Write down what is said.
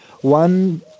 one